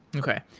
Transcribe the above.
okay.